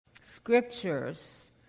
scriptures